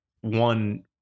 one